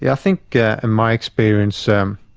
yeah think in my experience, um